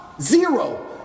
zero